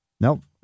Nope